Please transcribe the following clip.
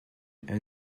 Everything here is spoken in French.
elle